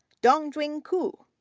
dongjun koo,